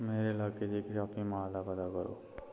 मेरे लाके च इक शॉपिंग मॉल दा पता करो